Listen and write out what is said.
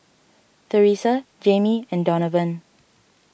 Teressa Jaimee and Donavan